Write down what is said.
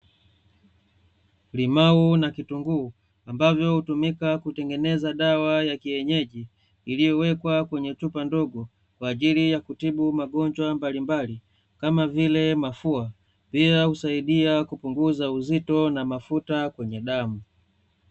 Limao na kitunguu, ambavyo hutumika kutengeneza dawa ya kienyeji, iliyowekwa kwenye chupa ndogo, kwa ajili ya kutibu magonjwa mbalimbali kama vile mafua, pia husaidia kupunguza uzito na mafuta kwenye damu.